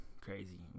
Crazy